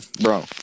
bro